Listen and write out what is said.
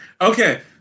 Okay